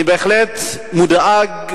אני בהחלט מודאג,